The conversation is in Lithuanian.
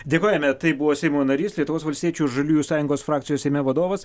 dėkojame tai buvo seimo narys lietuvos valstiečių žaliųjų sąjungos frakcijos seime vadovas